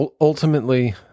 ultimately